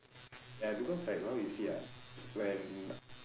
ya because like now you see ah when after